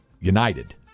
United